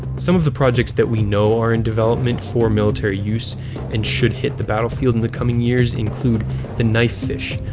some of the projects that we know are in development for military use and should hit the battlefield in the coming years include the knifefish,